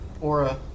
aura